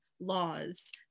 laws